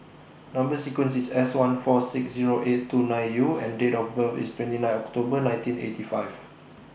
Number sequence IS S one four six Zero eight two nine U and Date of birth IS twenty nine October nineteen eighty five